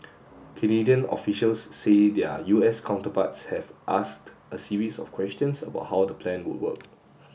Canadian officials say their U S counterparts have asked a series of questions about how the plan would work